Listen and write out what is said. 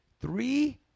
Three